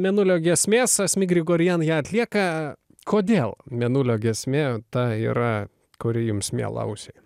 mėnulio giesmės asmik grigorian ją atlieka kodėl mėnulio giesmė ta yra kuri jums miela ausiai